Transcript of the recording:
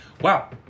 Wow